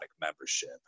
membership